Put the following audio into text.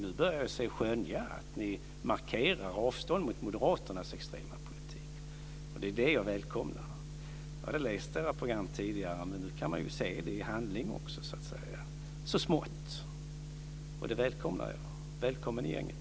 Nu börjar man skönja att ni markerar avstånd mot moderaternas extrema politik, och det är det som jag välkomnar. Jag hade tidigare läst om detta i era program, men nu kan man också så smått se det i handling, och det välkomnar jag. Välkomna i gänget!